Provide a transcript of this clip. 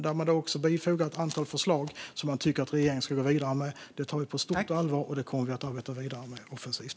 Där bifogar man ett antal förslag som man tycker att regeringen ska gå vidare med. Det tar vi på stort allvar, och det kommer vi att arbeta vidare med offensivt.